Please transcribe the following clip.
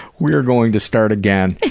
we are going to start again.